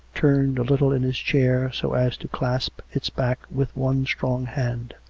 turned a little in his chair, so as to clasp its back with one strong hand.